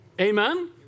Amen